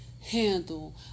handle